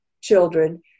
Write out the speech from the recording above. children